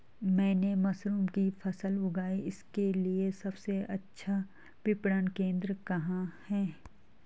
मैंने मशरूम की फसल उगाई इसके लिये सबसे अच्छा विपणन केंद्र कहाँ है?